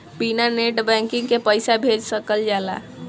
बिना net banking के पईसा भेज सकल जाला?